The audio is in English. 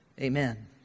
Amen